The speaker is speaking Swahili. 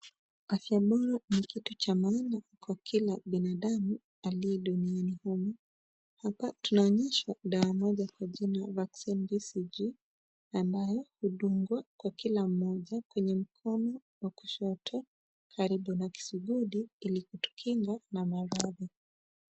Afya bora ni kitu cha muhimu kwa kila binadamu aliye duniani. Hapa tunaonyeshwa dawa moja kwa jina ambayo hudungwa kwa kila mmoja kqenye mkono wa kushoto karibu na kisigudi ili kujikinga na madhara.